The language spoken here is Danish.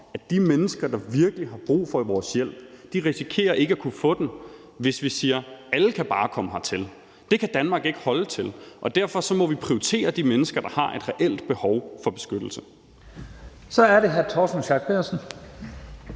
at de mennesker, der virkelig har brug for vores hjælp, risikerer ikke at kunne få den, hvis vi siger: Alle kan bare komme hertil. Det kan Danmark ikke holde til, og derfor må vi prioritere de mennesker, der har et reelt behov for beskyttelse. Kl. 10:48 Første næstformand